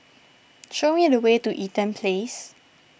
show me the way to Eaton Place